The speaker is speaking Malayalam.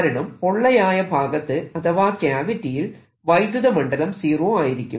കാരണം പൊള്ളയായ ഭാഗത്ത് അഥവാ ക്യാവിറ്റിയിൽ വൈദ്യുത മണ്ഡലം സീറോ ആയിരിക്കും